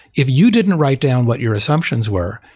if you didn't write down what your assumptions were,